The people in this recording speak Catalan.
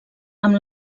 amb